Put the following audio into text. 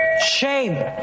Shame